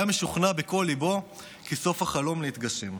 היה משוכנע בכל ליבו כי סוף החלום להתגשם.